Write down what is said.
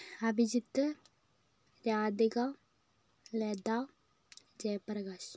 Abhijit Radhika Latha Jayaprakash